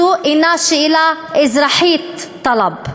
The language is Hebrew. זו אינה שאלה אזרחית, טלב.